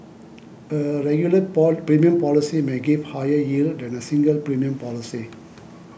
a regular premium policy may give higher yield than a single premium policy